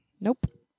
nope